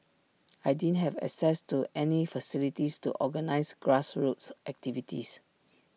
I didn't have access to any facilities to organise grassroots activities